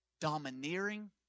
domineering